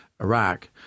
Iraq